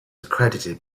accredited